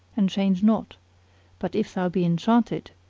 and change not but if thou be enchanted,